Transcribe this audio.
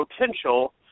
potential